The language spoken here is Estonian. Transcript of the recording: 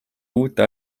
uute